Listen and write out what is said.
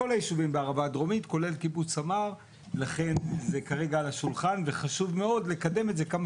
כל היישובים בערבה הדרומית כולל קיבוץ סמר ולכן זה כרגע על השולחן,